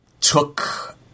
took